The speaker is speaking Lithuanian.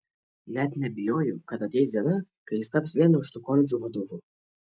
net neabejoju kad ateis diena kai jis taps vieno iš tų koledžų vadovu